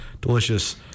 delicious